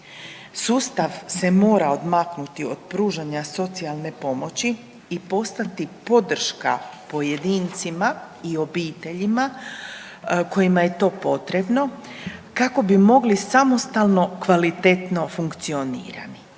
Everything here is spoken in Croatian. Sustav se mora odmaknuti od pružanja socijalne pomoći i postati podrška pojedincima i obiteljima kojima je to potrebno kako bi mogli samostalno kvalitetno funkcionirati.